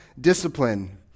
discipline